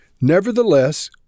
Nevertheless